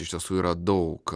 iš tiesų yra daug